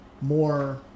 more